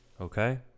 okay